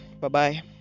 Bye-bye